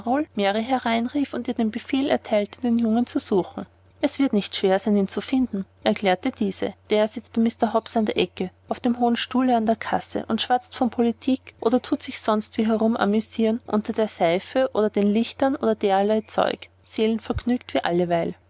mary hereinrief und ihr den befehl erteilte den jungen zu suchen wird nicht schwer zu finden sein erklärte diese der sitzt bei mr hobbs an der ecke auf dem hohen stuhle an der kasse und schwatzt von politik oder thut sich sonstwie herum amüsieren unter der seife oder den lichtern oder derlei zeug seelenvergnügt wie alleweil